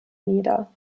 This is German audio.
nieder